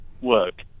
work